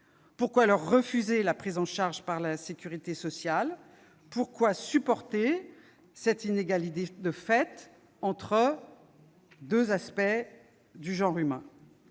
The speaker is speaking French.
Pourquoi leur refuser la prise en charge par la sécurité sociale ? Pourquoi soutenir cette inégalité de fait entre deux parties du genre humain ?